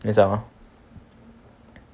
就是这样 lor